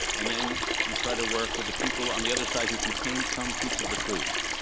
and then you try to work with the people on the other side who contain some piece of the truth.